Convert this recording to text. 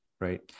Right